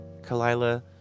Kalila